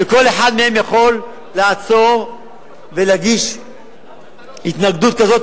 וכל אחד מהם יכול לעצור ולהגיש התנגדות כזאת